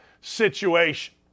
situation